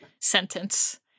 sentence